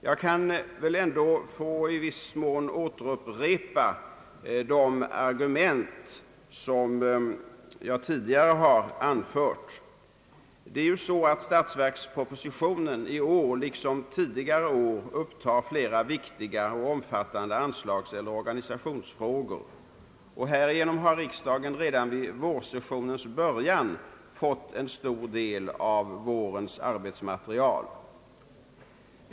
Jag vill ändå i viss mån återupprepa de argument som jag anfört tidigare. Statsverkspropositionen i år liksom tidigare år upptar flera viktiga anslagseller organisationsfrågor. Härigenom har riksdagen redan vid vårsessionens. början fått en stor del av vårens arbetsmaterial.